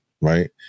Right